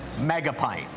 Megapint